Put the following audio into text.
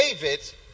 David